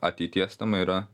ateities tema yra